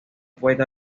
poeta